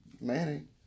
Manning